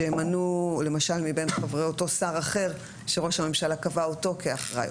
שימנו למשל מבין חברי אותו שר אחר שראש הממשלה קבע אותו כאחראי,